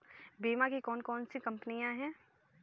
बीमा की कौन कौन सी कंपनियाँ हैं?